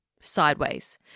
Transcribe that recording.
sideways